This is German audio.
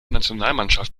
nationalmannschaft